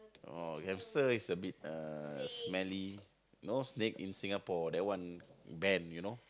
oh hamster is a bit uh smelly no snake in Singapore that one banned you know